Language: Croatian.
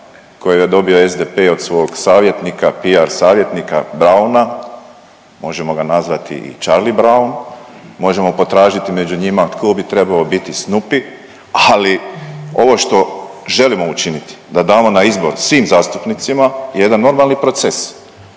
kojeg je dobio SDP od svog savjetnika, PR savjetnika Browna, možemo ga nazvati i Charlie Brown, možemo potražiti među njima tko bi trebao biti Snoopy, ali ovo što želimo učiniti da damo na izbor svim zastupnicima je jedan normalni proces